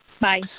Bye